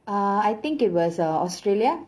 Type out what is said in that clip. err I think it was uh australia